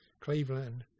Cleveland